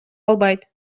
албайт